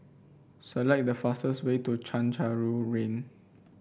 select the fastest way to Chencharu Lane